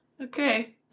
Okay